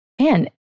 man